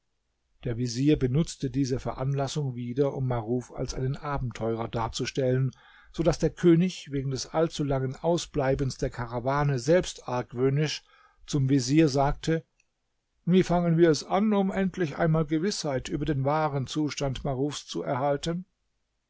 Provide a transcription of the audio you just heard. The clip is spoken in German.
der vezier benutzte diese veranlassung wieder um maruf als einen abenteurer darzustellen so daß der könig wegen des ailzulangen ausbleibens der karawane selbst argwöhnisch zum vezier sagte wie fangen wir es an um endlich einmal gewißheit über den wahren zustand marufs zu erhalten